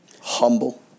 humble